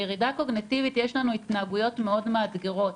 בירידה קוגניטיבית יש לנו התנהגויות מאוד מאתגרות,